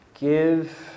Give